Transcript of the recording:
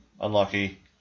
Unlucky